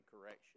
correction